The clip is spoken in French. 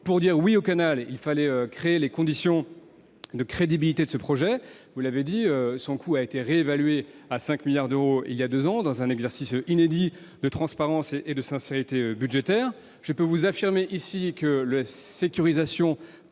Pour dire « oui » au canal, il fallait créer les conditions de crédibilité de ce projet. Vous l'avez dit, son coût a été réévalué à 5 milliards d'euros voilà deux ans, dans un exercice inédit de transparence et de sincérité budgétaire. Je peux vous affirmer ici que la sécurisation